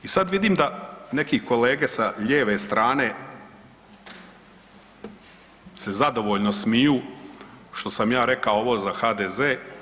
I sad vidim da neki kolege sa lijeve strane se zadovoljno smiju što sam ja rekao ovo za HDZ.